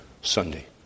Sunday